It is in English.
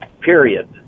period